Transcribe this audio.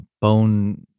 bone